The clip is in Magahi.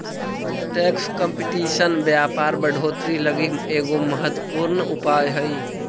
टैक्स कंपटीशन व्यापार बढ़ोतरी लगी एगो महत्वपूर्ण उपाय हई